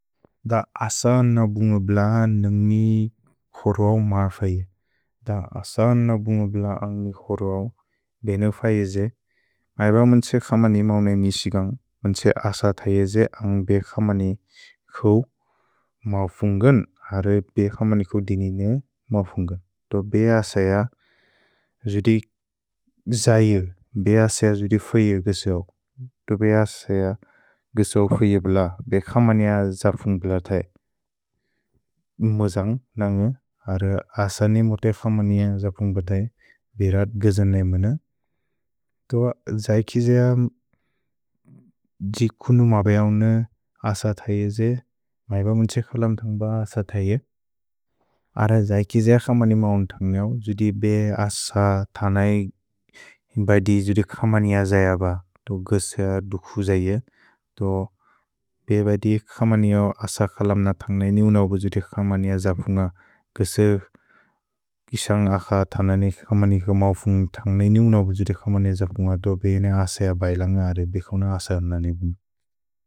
द अस नबुन्ग ब्ल नुन्गि क्सोर्वौ मा फये। द अस नबुन्ग ब्ल अन्गि क्सोर्वौ बेने फये जे। मैब मुन्छे क्समनि मौनेनि क्सिगन्ग्। मुन्छे अस थये जे अन्ग् बे क्समनि कु मा फुन्गन्, अरे बे क्समनि कु दिनिने मा फुन्गन्। तो बे अस य जुदि जये, बे अस य जुदि फये गेसेओ। तो बे अस य गेसेओ फये ब्ल, बे क्समनि य जर्पुन्ग् ब्ल थये। मोजन्ग् नन्गु अरे अस नि मुते क्समनि य जर्पुन्ग् ब्ल थये, बिरत् गिजने मुन। तो जैकि जय जि कुनु मबेयौने अस थये जे, मैब मुन्छे क्सलम् थन्ग्ब अस थये। अरे जैकि जय क्समनि मौन् थन्ग् यौ, जुदि बे अस थनय् बदि जुदि क्समनि य जय ब, तो गेसेओ दुखु जये। तो बेब दिख क्समनि यौ अस क्सलम्न थन्ग् नैनि उनवु जुदि क्समनि य जर्पुन्ग। गेसेओ किशन्ग् अख थननि क्समनि कु मा फुन्ग् थन्ग् नैनि उनवु जुदि क्समनि य जर्पुन्ग। तो बीने अस य बैल न्ग अरे बे क्सौन अस योननिबुन्।